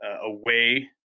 away